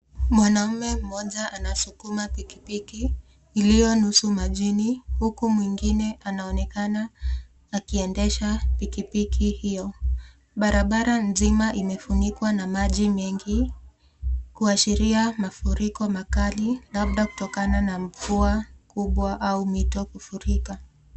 Mwanaume mmoja anasukuma pikipiki iliyo nusu majini huku mwingine anaonekana akiendesha pikipiki hiyo. Barabara hiyo imefunikwa na maji mengi kuashiria mafuriko makali labda kutokana na mvua kubwa au mito kufurika.